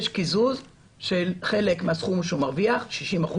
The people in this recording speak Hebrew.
יש קיזוז של חלק מהסכום שהוא מרוויח 60%,